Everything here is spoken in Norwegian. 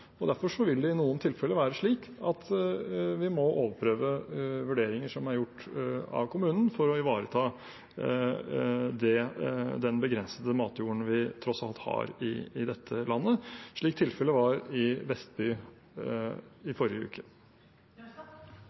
Derfor vil det i noen tilfeller være slik at vi må overprøve vurderinger som er gjort av kommunen, for å ivareta den begrensede matjorden vi tross alt har i dette landet – slik tilfellet var i Vestby i forrige uke.